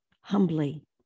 humbly